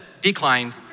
declined